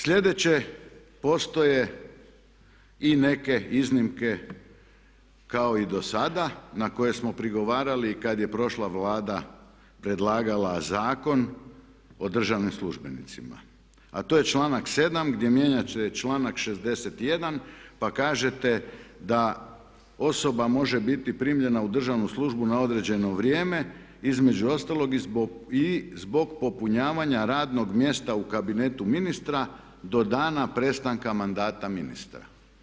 Sljedeće, postoje i neke iznimke kao i do sada na koje smo prigovarali kada je prošla Vlada predlagala Zakon o državnim službenicima, a to je članak 7 gdje mijenja članak 61 pa kažete da osoba može biti primljena u državnu službu na određeno vrijeme između ostalog i zbog popunjavanja radnog mjesta u kabinetu ministra do dana prestanka mandata ministra.